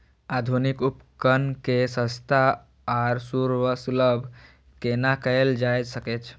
आधुनिक उपकण के सस्ता आर सर्वसुलभ केना कैयल जाए सकेछ?